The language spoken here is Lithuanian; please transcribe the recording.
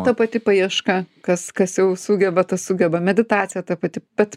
ta pati paieška kas kas jau sugeba tas sugeba meditacija ta pati bet